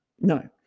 no